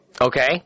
Okay